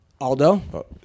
Aldo